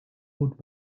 would